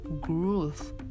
growth